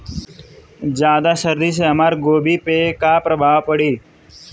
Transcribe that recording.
ज्यादा सर्दी से हमार गोभी पे का प्रभाव पड़ी?